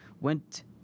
went